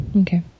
Okay